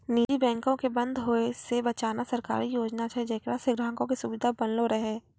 निजी बैंको के बंद होय से बचाना सरकारी योजना छै जेकरा से ग्राहको के सुविधा बनलो रहै